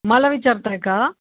मला विचारताय का